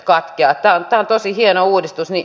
tämä on tosi hieno uudistus